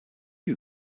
you